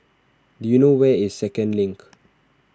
do you know where is Second Link